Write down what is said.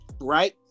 right